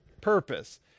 purpose